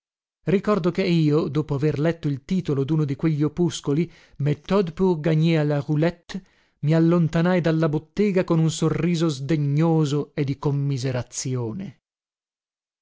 ricordo che io dopo aver letto il titolo duno di quegli opuscoli méthode pour gagner à la roulette mi allontanai dalla bottega con un sorriso sdegnoso e di commiserazione